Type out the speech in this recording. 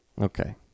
Okay